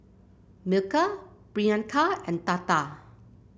Milkha Priyanka and Tata